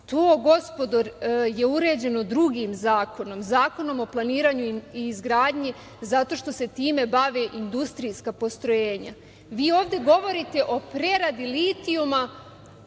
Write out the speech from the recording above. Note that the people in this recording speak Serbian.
To, gospodo, je uređeno drugim zakonom, Zakonom o planiranju i izgradnji, zato što se time bave industrijska postrojenja. Vi ovde govorite o preradi litijuma,